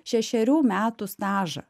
šešerių metų stažą